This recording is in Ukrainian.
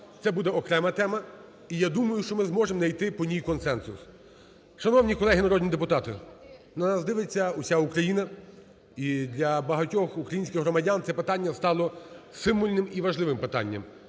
Це буде окрема тема. І я думаю, що ми зможемо найти по ній консенсус. Шановні колеги народні депутати, на нас дивиться вся Україна. І для багатьох українських громадян це питання стало символьним і важливим питанням.